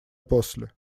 после